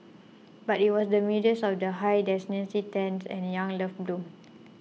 but it was in the midst of these high density tents and young love bloomed